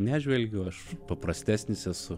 nežvelgiu aš paprastesnis esu